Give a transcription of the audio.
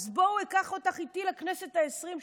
אקח אותך איתי לכנסת העשרים,